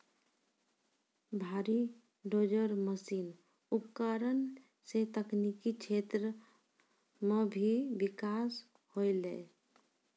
भारी dozer machine उपकरण सें तकनीकी क्षेत्र म भी बिकास होलय